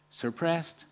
suppressed